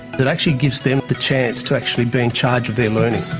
it actually gives them the chance to actually be in charge of their learning.